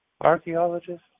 archaeologists